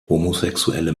homosexuelle